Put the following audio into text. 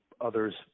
others